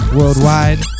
worldwide